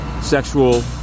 sexual